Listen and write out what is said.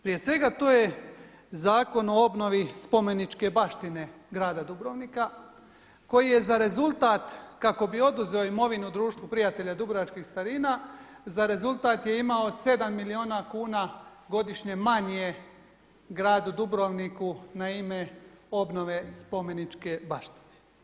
Prije svega to je Zakon o obnovi spomeničke baštine Grada Dubrovnika koji je za rezultat kako bi oduzeo imovinu Društvu prijatelja dubrovačkih starina za rezultat je imao 7 milijuna kuna godišnje manje gradu Dubrovniku na ime obnove spomeničke baštine.